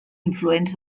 influents